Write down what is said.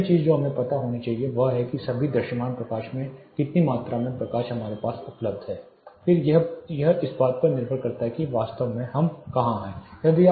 पहली चीज जो हमें पता होनी चाहिए वह है कि सभी दृश्यमान प्रकाश में कितनी मात्रा में प्रकाश हमारे पास उपलब्ध है यह इस बात पर निर्भर करता है कि वास्तव में हम कहां हैं